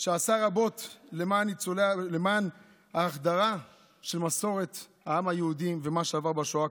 שעשה רבות למען ההחדרה של מסורת העם היהודי ומה שהוא עבר בשואה,